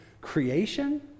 creation